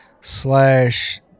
slash